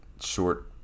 short